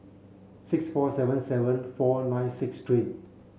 six four seven seven four nine six three